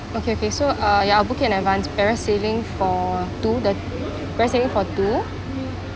okay okay so uh ya I'll book it in advance parasailing for two the parasailing for two